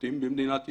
המשפטים במדינת ישראל,